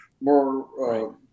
more